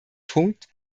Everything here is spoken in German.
punkt